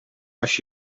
als